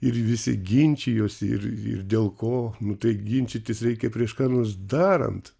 ir visi ginčijosi ir ir dėl ko nu tai ginčytis reikia prieš ką nors darant